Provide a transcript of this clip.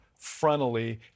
frontally